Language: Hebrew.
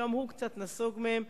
גם הוא קצת נסוג מהם.